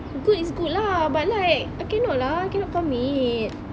good is good lah but like I cannot lah cannot commit